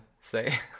say